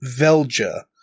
Velja